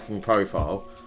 profile